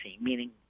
meaning